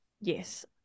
Yes